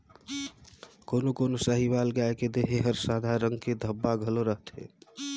कोनो कोनो साहीवाल गाय के देह हर सादा रंग के धब्बा घलो रहथे